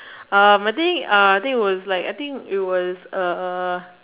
um I think uh I think it was like I think it was uh